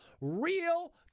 Real